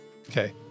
okay